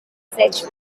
czech